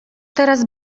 teraz